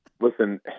Listen